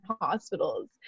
hospitals